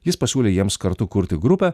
jis pasiūlė jiems kartu kurti grupę